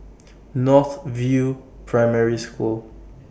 North View Primary School